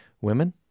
women